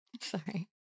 Sorry